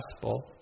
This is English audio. gospel